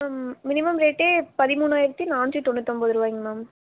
ma'am minimum ரேட்டே பதிமூனாயிரத்து நானூற்றி தொண்ணூற்றி ஒன்பது ரூபாய்ங்க மேம்